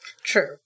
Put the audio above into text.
True